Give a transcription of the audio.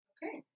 Okay